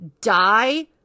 die